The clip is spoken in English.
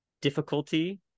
difficulty